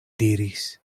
diris